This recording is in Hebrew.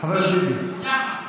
לא,